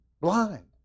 Blind